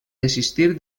desistir